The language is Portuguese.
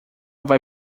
vai